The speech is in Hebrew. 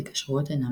וקשרו את עיניו.